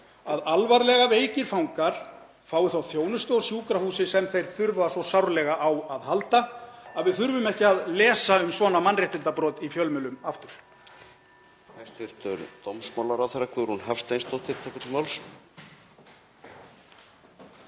að alvarlega veikir fangar fái þá þjónustu á sjúkrahúsi sem þeir þurfa svo sárlega á að halda, (Forseti hringir.) að við þurfum ekki að lesa um svona mannréttindabrot í fjölmiðlum aftur?